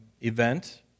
event